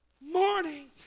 morning